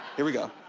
here we go.